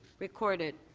recorded.